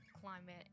climate